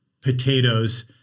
potatoes